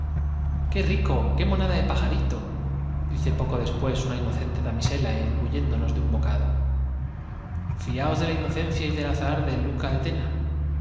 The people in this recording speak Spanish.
qué rico i qué monada de pajarito dice poco después una inocente damisela engulléndonos de un bocado j fiaos de la inoencia y del azahar de luca de tena